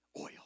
Oil